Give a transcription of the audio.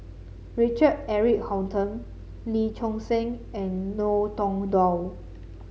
Richard Eric Holttum Lee Choon Seng and Ngiam Tong Dow